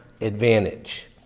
advantage